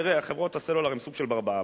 תראה, חברות הסלולר הן סוג של "ברבאבא".